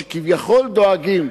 שכביכול דואגים,